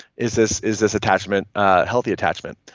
is this is this attachment healthy attachment?